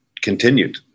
continued